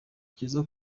cyiza